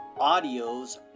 audios